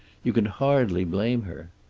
you can hardly blame her.